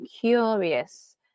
curious